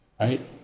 right